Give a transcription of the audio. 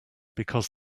because